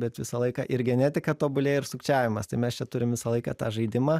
bet visą laiką ir genetika tobulėja ir sukčiavimas tai mes čia turim visą laiką tą žaidimą